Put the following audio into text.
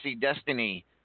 Destiny